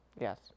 Yes